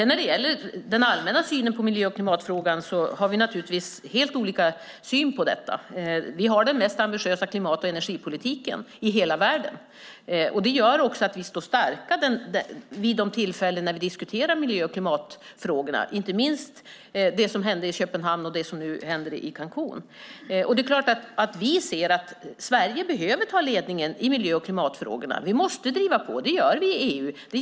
När det gäller den allmänna synen på miljö och klimatfrågan har vi naturligtvis helt olika syn på det. Vi har den mest ambitiösa klimat och energipolitiken i världen. Det gör att vi står starka vid de tillfällen vi diskuterar miljö och klimatfrågorna, inte minst med tanke på det som hände i Köpenhamn och det som nu händer i Cancún. Vi anser att Sverige behöver ta ledningen i miljö och klimatfrågorna. Vi måste driva på, och det gör vi både i EU och globalt.